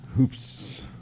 Oops